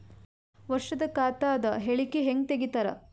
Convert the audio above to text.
ವರ್ಷದ ಖಾತ ಅದ ಹೇಳಿಕಿ ಹೆಂಗ ತೆಗಿತಾರ?